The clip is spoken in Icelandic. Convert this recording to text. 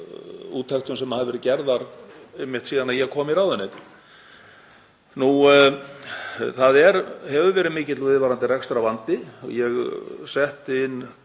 Það hefur verið mikill og viðvarandi rekstrarvandi. Ég setti